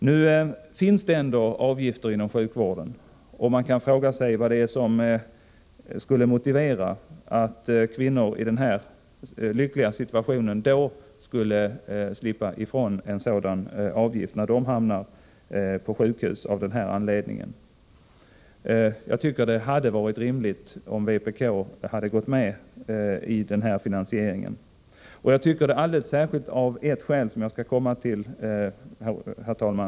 Nu finns det ändå avgifter inom sjukvården, och man kan fråga sig vad det är som skulle motivera att kvinnor i den här lyckliga situationen skulle slippa ifrån en avgift när de hamnar på sjukhus av denna anledning. Jag tycker att det hade varit rimligt om vpk hade gått med på den här finansieringen. Jag tycker det alldeles särskilt av ett skäl som jag strax skall komma till, herr talman.